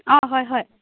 অঁ হয় হয়